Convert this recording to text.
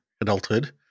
adulthood